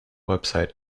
website